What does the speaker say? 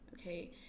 okay